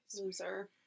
Loser